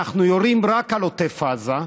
אנחנו יורים רק על עוטף עזה,